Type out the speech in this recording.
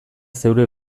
zeure